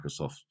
microsoft